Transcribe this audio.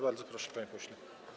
Bardzo proszę, panie pośle.